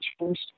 changed